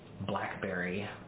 blackberry